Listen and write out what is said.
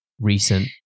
recent